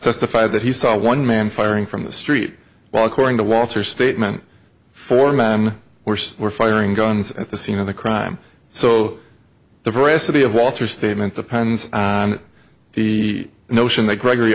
testified that he saw one man firing from the street while according to walter statement four man worse were firing guns at the scene of the crime so the veracity of walter statement depends on the notion that gregory